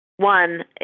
one